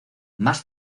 más